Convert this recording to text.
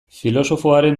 filosofoaren